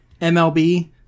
MLB